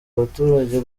abaturage